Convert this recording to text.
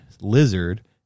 Lizard